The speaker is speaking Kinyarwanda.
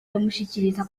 bamushyikiriza